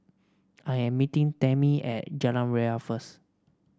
I am meeting Tamie at Jalan Ria first